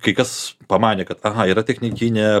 kai kas pamanė kad aha yra technikinė